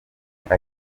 kiba